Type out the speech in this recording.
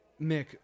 Mick